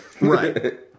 Right